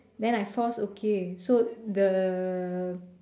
then I force okay so the